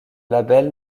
label